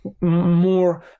more